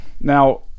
Now